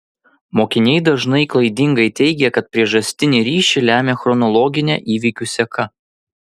mokiniai dažnai klaidingai teigia kad priežastinį ryšį lemia chronologinė įvykių seka